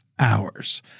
hours